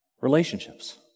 Relationships